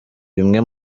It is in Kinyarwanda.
bimwe